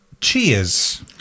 Cheers